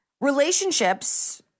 Relationships